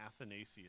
Athanasius